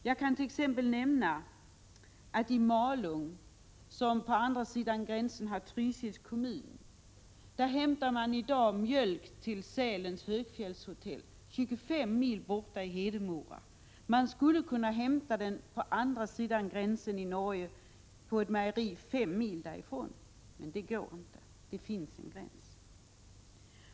Jag kan t.ex. nämna att man i Malung, som på andra sidan gränsen har Trysils kommun, i dag hämtar mjölk till Sälens högfjällshotell 25 mil bort i Hedemora. Man skulle kunna hämta den på andra sidan gränsen i Norge från ett mejeri bara 5 mil därifrån. Men det går inte, det finns en gräns.